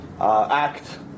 act